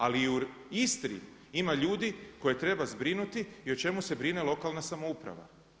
Ali i u Istri ima ljudi koje treba zbrinuti i o čemu se brine lokalna samouprava.